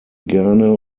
gerne